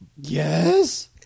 Yes